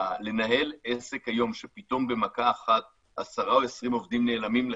לנהל עסק היום שפתאום במכה אחת עשרה או 20 עובדים נעלמים לך.